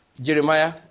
Jeremiah